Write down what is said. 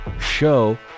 show